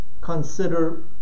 consider